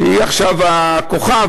שהיא עכשיו הכוכב,